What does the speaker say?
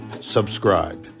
subscribe